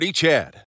chad